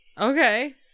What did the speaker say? okay